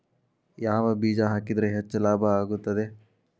ಯಾವ ಬೇಜ ಹಾಕಿದ್ರ ಹೆಚ್ಚ ಲಾಭ ಆಗುತ್ತದೆ?